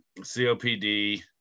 COPD